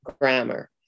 grammar